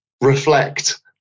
reflect